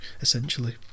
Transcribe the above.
essentially